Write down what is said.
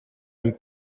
ein